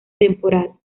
temporal